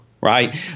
right